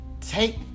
take